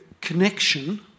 connection